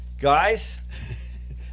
Guys